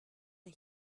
the